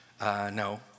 No